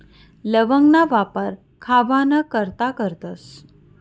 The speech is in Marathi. लवंगना वापर खावाना करता करतस